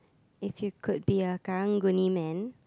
if you could be a karang guni man